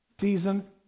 season